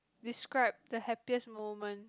describe the happiest moment